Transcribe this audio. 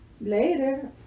later